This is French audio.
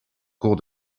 cours